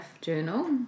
Journal